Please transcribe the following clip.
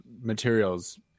materials